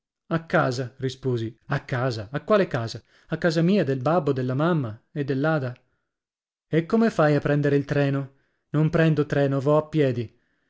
a casa risposi a casa a quale casa a casa mia dal babbo dalla mamma e dall'ada e come fai a prendere il treno non prendo treno vo a piedi